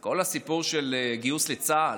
כל הסיפור של הגיוס לצה"ל,